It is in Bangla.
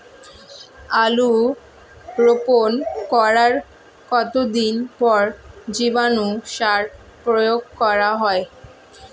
আলু রোপণ করার কতদিন পর জীবাণু সার প্রয়োগ করা হয়?